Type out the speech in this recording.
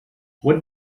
what